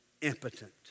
impotent